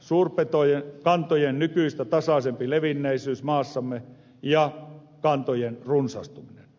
suurpetojen kantojen nykyistä tasaisempi levinneisyys maassamme ja kantojen runsastuminen